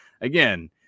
again